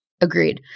Agreed